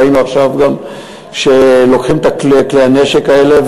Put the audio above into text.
ראינו עכשיו גם שלוקחים את כלי הנשק האלה,